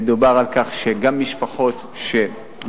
מדובר על כך שגם משפחות שמקבלות